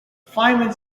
feynman